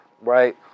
Right